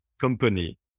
company